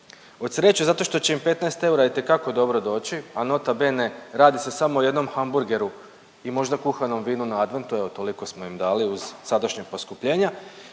Od sreće zato što će im 15 eura itekako dobro doći, a nota bene radi se samo o jednom hamburgeru i možda kuhanom vinu na adventu, evo toliko smo im dali uz sadašnja poskupljenja